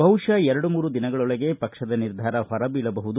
ಬಹುಶಃ ಎರಡು ಮೂರು ದಿನಗಳೊಳಗೆ ಪಕ್ಷದ ನಿರ್ಧಾರ ಹೊರಬೀಳಬಹುದು